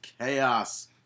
Chaos